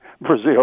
Brazil